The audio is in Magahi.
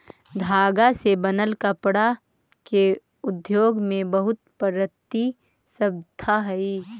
धागा से बनल कपडा के उद्योग में बहुत प्रतिस्पर्धा हई